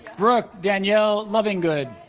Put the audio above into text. brooke danielle lovingood